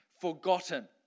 forgotten